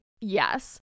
Yes